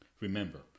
Remember